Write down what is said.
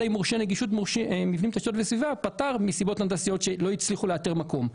אלא אם מורשה נגישות פטר מסיבות הנדסיות שלא הצליחו לאתר מקום.